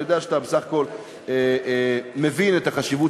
אני יודע שאתה בסך הכול מבין את החשיבות